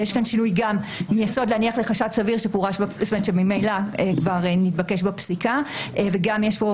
יסוד להניח לחשד סביר שממילא נתבקש בפסיקה ויש כאן